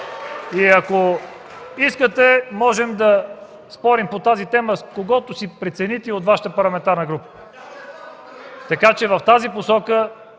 Ако искате, можем да спорим по тази тема с когото си прецените и от Вашата парламентарна група. Така че в тази посока